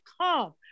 come